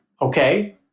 okay